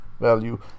value